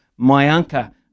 Mayanka